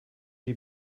die